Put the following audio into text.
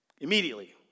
immediately